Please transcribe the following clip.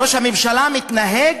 ראש הממשלה מתנהג